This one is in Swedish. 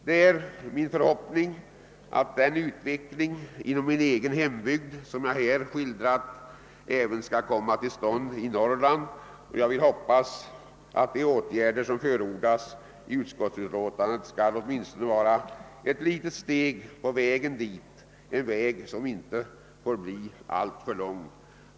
Det är min förhoppning att den utveckling inom min egen hembygd som jag här skildrat även skall komma till stånd i Norrland, och jag vill hoppas att de åtgärder som förordas i utskottsutlåtandet åtminstone skall vara en litet steg på vägen dit — en väg som inte får bli lång.